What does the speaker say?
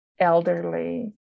Elderly